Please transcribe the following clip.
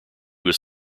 was